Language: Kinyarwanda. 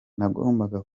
nagombaga